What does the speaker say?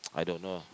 I don't know